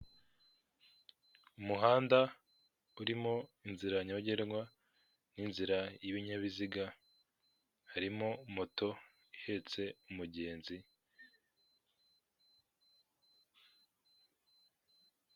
Umuhanda urimo inzira nyabagendwa n'inzira y'ibinyabiziga, harimo moto ihetse umugenzi.